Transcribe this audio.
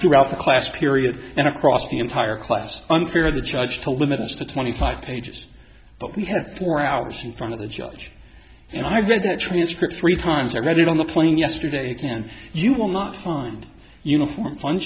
throughout the class period and across the entire class unfair the judge to limit us to twenty five pages but we had four hours in front of the judge and i read the transcript three times i got it on the plane yesterday and you will not find uniform fun